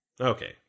Okay